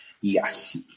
Yes